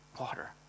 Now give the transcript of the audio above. water